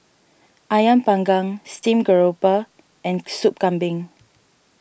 Ayam Panggang Steamed Grouper and Sup Kambing